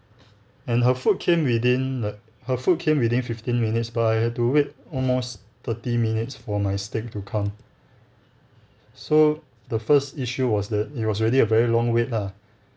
and her food came within like her food came within fifteen minutes but I had to wait almost thirty minutes for my steak to come so the first issue was that it was already a very long wait lah